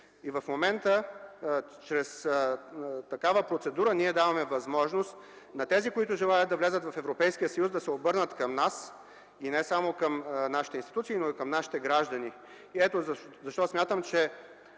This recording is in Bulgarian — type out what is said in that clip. В момента чрез такава процедура ние даваме възможност на тези, които желаят да влязат в Европейския съюз, да се обърнат към нас – не само към нашите институции, но и към нашите граждани. Ето защо смятам, че